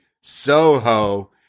soho